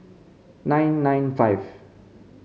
nine nine five